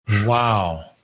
Wow